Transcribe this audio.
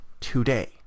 today